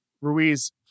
Ruiz